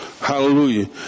Hallelujah